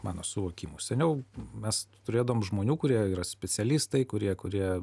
mano suvokimu seniau mes turėdavom žmonių kurie yra specialistai kurie kurie